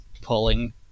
pulling